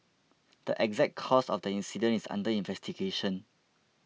the exact cause of the incident is under investigation